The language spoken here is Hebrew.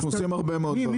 אנחנו עושים הרבה מאוד דברים.